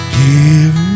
give